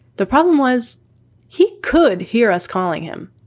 the problem was he could hear us calling him.